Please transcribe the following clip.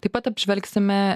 taip pat apžvelgsime